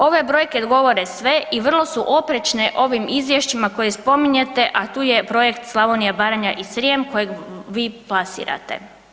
Ove brojke govore sve i vrlo su oprečne ovim izvješćima koje spominjete, a tu je „Projekt Slavonija, Baranja i Srijem“ kojeg vi plasirate.